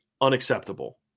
unacceptable